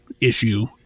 issue